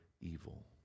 evil